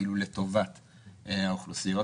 כאילו לטובת האוכלוסיות.